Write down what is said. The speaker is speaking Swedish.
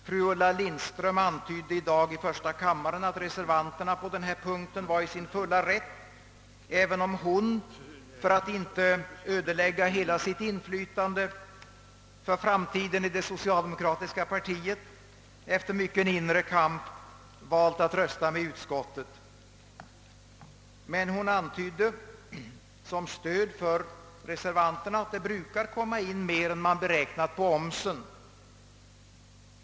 Fru Ulla Lindström antydde i dag i första kammaren att reservanterna på denna punkt var i sin fulla rätt, även om hon för att inte ödelägga hela sitt inflytande för framtiden i det socialdemokratiska partiet efter mycken inre kamp valt att rösta med utskottet. Men hon antydde som stöd för reservanter na att det brukar komma in mer än man beräknat på omsättningsskatten.